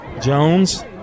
Jones